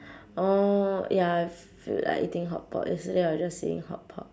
oh ya I feel like eating hotpot yesterday I was just saying hotpot